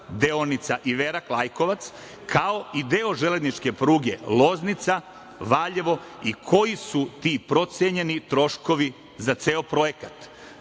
deonica Iverak-Lajkovac, kao i deo železničke pruge Loznica-Valjevo i koji su ti procenjeni troškovi za ceo projekat? Tražimo